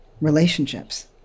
relationships